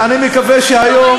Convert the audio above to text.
לכן אני מקווה שהיום,